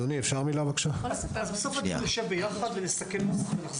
אז בסוף הדיון נשב יחד ונסכם נוסח.